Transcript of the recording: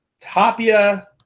Tapia